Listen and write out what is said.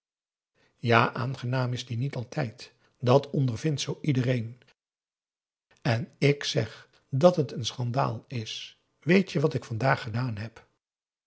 ja aangenaam is die niet altijd dat ondervindt zoo iedereen en ik zeg dat het een schandaal is weet je wat ik vandaag gedaan heb